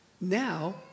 Now